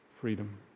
freedom